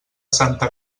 santa